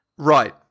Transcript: Right